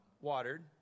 watered